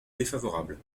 défavorable